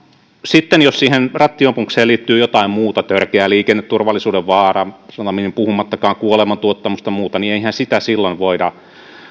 sitten jos siihen rattijuopumukseen liittyy jotain muuta törkeä liikenneturvallisuuden vaarantaminen puhumattakaan kuolemantuottamuksesta tai muusta niin eihän sitä silloin voida